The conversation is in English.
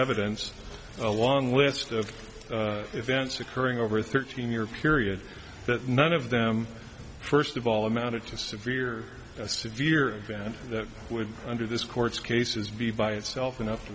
evidence a long list of events occurring over thirteen year period that none of them first of all amounted to severe severe vent that would under this court's cases be by itself enough to